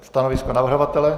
Stanovisko navrhovatele?